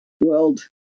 world